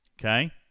Okay